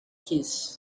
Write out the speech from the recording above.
keys